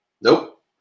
Nope